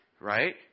right